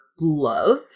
love